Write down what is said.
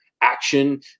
action